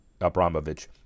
Abramovich